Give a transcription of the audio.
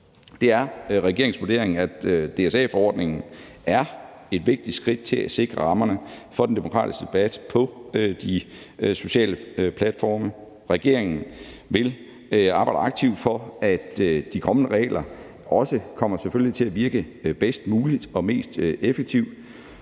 Det er regeringens vurdering, at DSA-forordningen er et vigtigt skridt til at sikre rammerne for den demokratiske debat på de sociale platforme. Regeringen vil arbejde aktivt for, at de kommende regler selvfølgelig også kommer til at virke bedst muligt og mest effektivt.